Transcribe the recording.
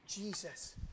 Jesus